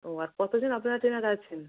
ও আর কতোজন আপনারা ট্রেনার আছেন